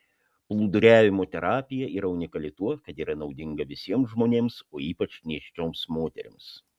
plūduriavimo terapija yra unikali tuo kad yra naudinga visiems žmonėms o ypač nėščioms moterims